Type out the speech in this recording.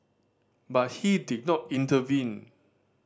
but he did not intervene